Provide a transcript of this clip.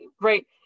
right